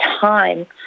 time